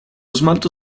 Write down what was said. smalto